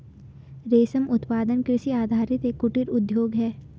रेशम उत्पादन कृषि आधारित एक कुटीर उद्योग है